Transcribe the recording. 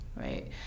right